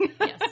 Yes